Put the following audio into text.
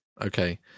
Okay